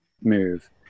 move